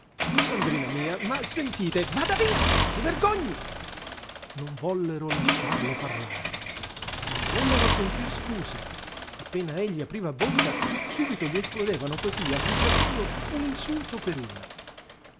sandrina mia ma sentite vada via si vergogni non vollero lasciarlo parlare non vollero sentir scuse appena egli apriva bocca subito gli esplodevano cosí a bruciapelo un insulto per una